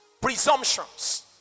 Presumptions